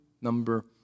Number